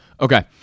Okay